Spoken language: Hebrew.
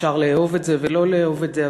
אפשר לאהוב את זה ולא לאהוב את זה,